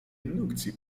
indukcji